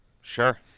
Sure